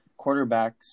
quarterbacks